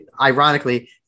ironically